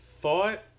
thought